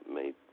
made